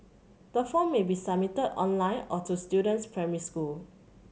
the form may be submitted online or to the student's primary school